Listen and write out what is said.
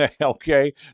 okay